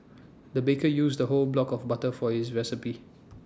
the baker used A whole block of butter for this recipe